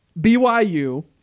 BYU